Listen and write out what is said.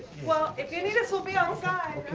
well if you need us, we'll be outside.